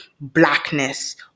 blackness